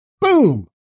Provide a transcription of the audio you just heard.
Boom